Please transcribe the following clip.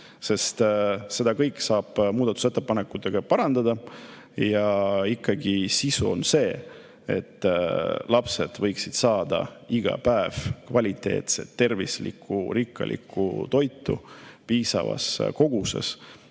sest seda kõike saab muudatusettepanekutega parandada. Sisu on ikkagi see, et lapsed võiksid saada iga päev kvaliteetset, tervislikku, rikkalikku toitu piisavas koguses